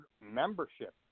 membership